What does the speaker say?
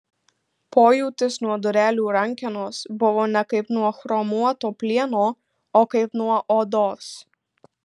pojūtis nuo durelių rankenos buvo ne kaip nuo chromuoto plieno o kaip nuo odos